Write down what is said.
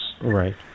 right